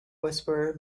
whisperer